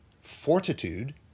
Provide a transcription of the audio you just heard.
Fortitude